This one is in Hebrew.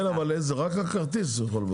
כן, אבל רק את הכרטיס הוא יכול לבטל.